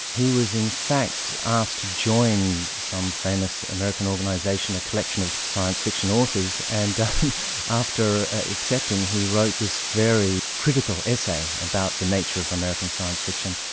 he was in fact asked to join some famous american organisation, a collection of science fiction authors, and after accepting he wrote this very critical essay about the nature of american science fiction,